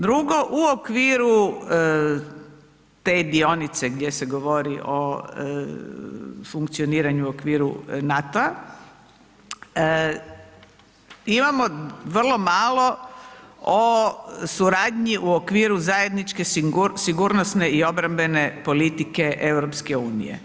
Drugo u okviru te dionice gdje se govori o funkcioniranju o okviru NATO-a imamo vrlo malo o suradnji u okviru zajedničke sigurnosne i obrambene politike EU.